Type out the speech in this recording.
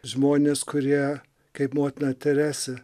žmonės kurie kaip motina teresė